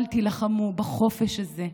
אל תילחמו בחופש הזה.